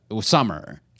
summer